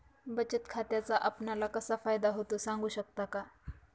बचत खात्याचा आपणाला कसा फायदा होतो? सांगू शकता का?